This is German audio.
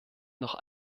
noch